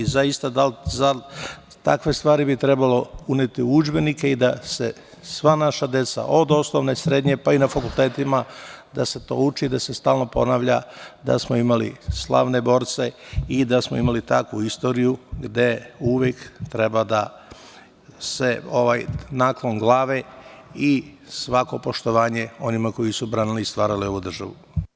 Zaista takve stvari bi trebalo uneti u udžbenike da naša deca od osnovne, srednje, pa i na fakultetima to uče, da se to stalno ponavlja da smo imali slavne borce i da smo imali takvu istoriju gde uvek treba da se ovaj naklon glave i svako poštovanje onima koji su branili i stvarali ovu državu.